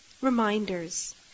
reminders